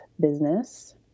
business